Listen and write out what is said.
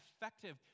effective